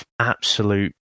absolute